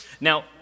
Now